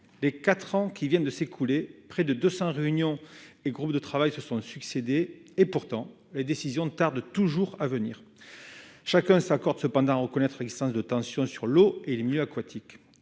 les 4 ans qui viennent de s'écouler près de 200 réunions et groupes de travail se sont succédé et pourtant la décision tarde toujours à venir, chacun s'accorde cependant reconnaître existence de tensions sur l'eau et les milieux aquatiques